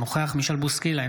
אינו נוכח מישל בוסקילה,